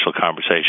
conversation